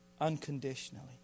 unconditionally